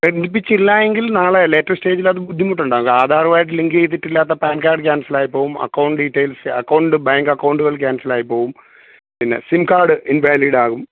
ബന്ധിപ്പിച്ചില്ലായെങ്കിൽ നാളെ ലേറ്റർ സ്റ്റേജിലത് ബുദ്ധിമുട്ടുണ്ടാകും ആധാറുവായിട്ട് ലിങ്ക് ചെയ്തിട്ടില്ലാത്ത പാൻ കാർഡ് ക്യാൻസലായി പോകും അക്കൗണ്ട് ഡീറ്റെയിൽസ് അക്കൗണ്ട് ബാങ്ക് അക്കൗണ്ടുകൾ ക്യാൻസലായിപ്പോകും പിന്നെ സിം കാഡ് ഇൻ വാലിഡാകും